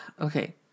Okay